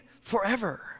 forever